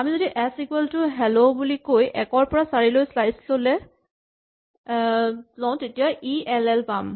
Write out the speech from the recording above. আমি যদি S equal to hell বুলি কৈ ১ৰ পৰা ৪ লৈ শ্লাইচ ল'লে ই এল এল পাম